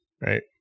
right